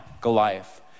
Goliath